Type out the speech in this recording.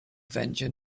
venture